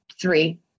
three